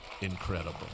incredible